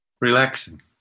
Relaxing